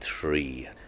three